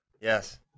Yes